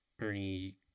Ernie